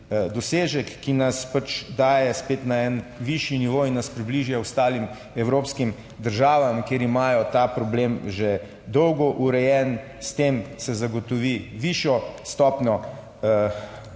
ki nas pač daje spet na en višji nivo in nas približa ostalim evropskim državam, kjer imajo ta problem že dolgo urejen. S tem se zagotovi višjo stopnjo